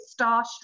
starstruck